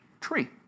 tree